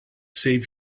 save